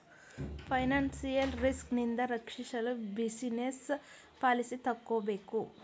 financial risk ನಿಂದ ರಕ್ಷಿಸಲು business policy ತಕ್ಕೋಬೇಕು